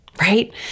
Right